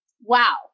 wow